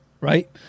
right